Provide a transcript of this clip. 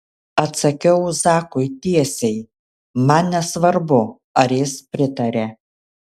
atsakiau zakui tiesiai man nesvarbu ar jis pritaria